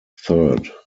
third